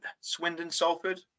Swindon-Salford